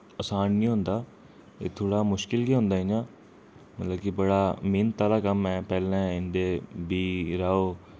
असान नि होंदा एह् थोह्ड़ा मुश्किल गै होंदा इ'यां मतलब कि बड़ा मेह्नत आह्ला कम्म ऐ पैह्लें इं'दे बी राओ